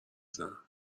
زنم